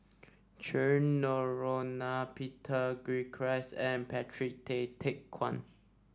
Cheryl Noronha Peter Gilchrist and Patrick Tay Teck Guan